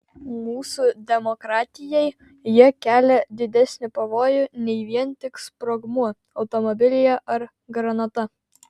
mūsų demokratijai jie kelia didesnį pavojų nei vien tik sprogmuo automobilyje ar granata